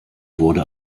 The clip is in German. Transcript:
wurde